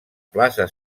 plaça